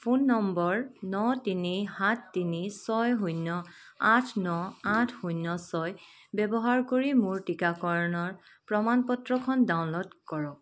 phone নম্বৰ ন তিনি সাত তিনি ছয় শূন্য আঠ ন আঠ শূন্য ছয় ব্যৱহাৰ কৰি মোৰ টীকাকৰণৰ প্ৰমাণ পত্ৰখন ডাউনল'ড কৰক